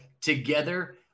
together